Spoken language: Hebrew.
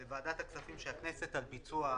לוועדת הכספים של הכנסת על ביצוע החוק,